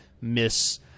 miss